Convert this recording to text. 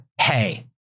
hey